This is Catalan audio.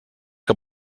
que